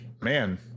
man